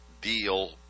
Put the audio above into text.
deal